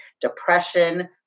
depression